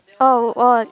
oh won